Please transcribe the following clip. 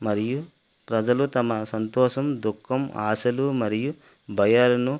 మరియు ప్రజలు తమ సంతోషం దుఃఖం ఆశలు మరియు భయాలను